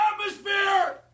atmosphere